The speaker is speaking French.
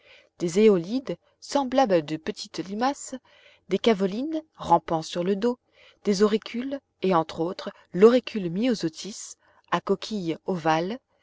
des éolides semblables à de petites limaces des cavolines rampant sur le dos des auricules et entre autres l'auricule myosotis à coquille ovale